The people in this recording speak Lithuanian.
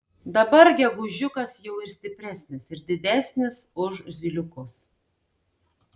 dabar gegužiukas jau ir stipresnis ir didesnis už zyliukus